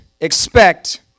expect